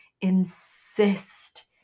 insist